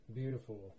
beautiful